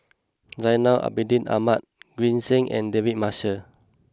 Zainal Abidin Ahmad Green Zeng and David Marshall